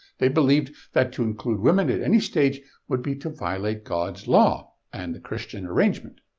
they believed that to include women at any stage would be to violate god's law and the christian arrangement.